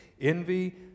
envy